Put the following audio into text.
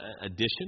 addition